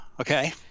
okay